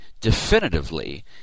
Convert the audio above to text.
definitively